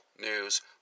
news